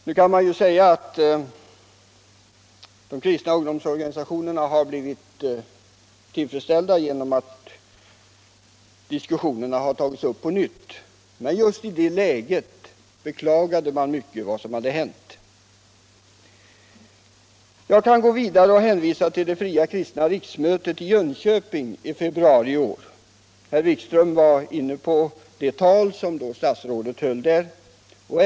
Nu kan man ju säga att de kristna ungdomsorganisationerna har blivit tillgodosedda genom att diskussionerna har tagits upp på nytt, men just i det läget beklagade man mycket vad som hade hänt. Jag kan gå vidare och hänvisa till det fria kristna riksmötet i Jönköping i februari i år. Herr Wikström var här inne på det tal som statsrådet då höll.